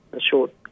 short